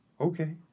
Okay